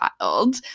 child